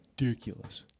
Ridiculous